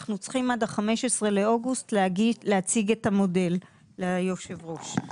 אנחנו צריכים עד ה-15 באוגוסט להציג ליושב ראש את המודל.